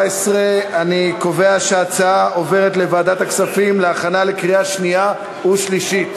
14. אני קובע שההצעה עוברת לוועדת הכספים להכנה לקריאה שנייה ושלישית.